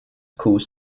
calls